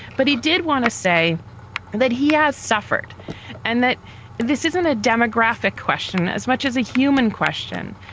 but he did want to say that he has suffered and that this isn't a demographic question as much as a human question,